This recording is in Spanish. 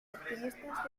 activistas